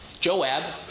Joab